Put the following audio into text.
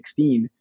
2016